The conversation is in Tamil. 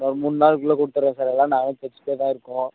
சார் மூணு நாளுக்குள்ளே கொடுத்துறன் சார் எல்லாம் நாங்களும் தச்சிட்டே தான் இருக்கோம்